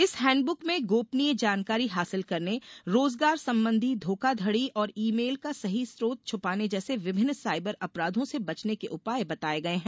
इस हैंडबुक में गोपनीय जानकारी हासिल करने रोजगार संबंधी धोखाधड़ी और ई मेल का सही स्रोत छुपाने जैसे विभिन्न साइबर अपराधों से बचने के उपाय बताए गए हैं